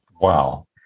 wow